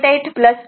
8 10